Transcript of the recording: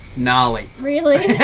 gnarly. really?